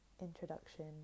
introduction